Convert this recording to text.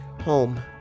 home